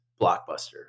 blockbuster